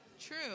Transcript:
True